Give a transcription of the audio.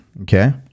okay